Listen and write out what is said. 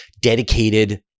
dedicated